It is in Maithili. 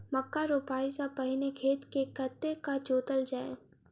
मक्का रोपाइ सँ पहिने खेत केँ कतेक जोतल जाए?